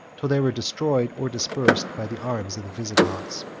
till they were destroyed or dispersed by the arms of the visigoths.